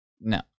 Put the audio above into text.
No